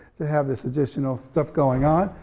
to have this additional stuff going on.